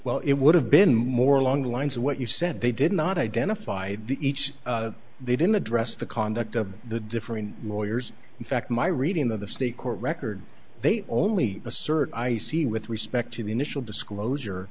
well it would have been more along the lines of what you said they did not identify the each they didn't address the conduct of the different lawyers in fact my reading of the state court record they only assert i see with respect to the initial disclosure